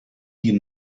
hier